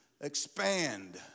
expand